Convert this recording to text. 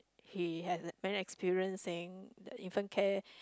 he had many experience saying the infant care